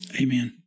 Amen